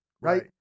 right